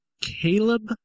Caleb